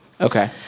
Okay